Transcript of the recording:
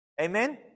Amen